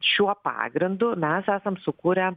šiuo pagrindu mes esam sukūrę